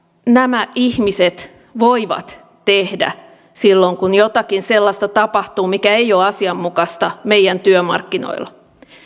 nämä ihmiset voivat tehdä silloin kun tapahtuu jotakin sellaista mikä ei ole asianmukaista meidän työmarkkinoillamme